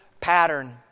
pattern